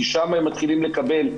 כי שם הם מתחילים לקבל,